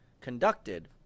conducted